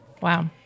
Wow